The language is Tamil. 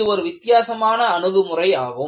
இது ஒரு வித்தியாசமான அணுகுமுறை ஆகும்